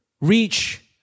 reach